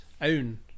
own